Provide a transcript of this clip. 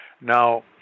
Now